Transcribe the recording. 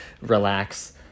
Relax